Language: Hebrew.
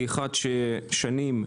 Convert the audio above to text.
כאחד ששנים,